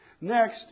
Next